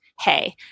Hey